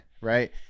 Right